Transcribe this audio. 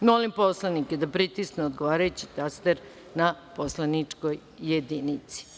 Molim poslanike da pritisnu odgovarajući taster na poslaničkoj jedinici.